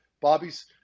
Bobby's